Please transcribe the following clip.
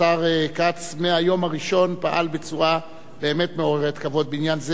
השר כץ מהיום הראשון פעל בצורה באמת מעוררת כבוד בעניין זה